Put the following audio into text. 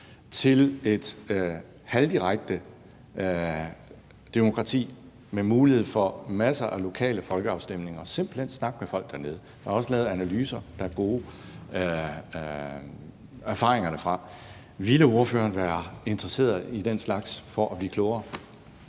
til et halvdirekte demokrati med mulighed for masser af lokale folkeafstemninger – så vi kunne simpelt hen snakke med folk dernede. Der er også lavet analyser, og der er gode erfaringer derfra. Ville ordføreren være interesseret i den slags for at blive klogere?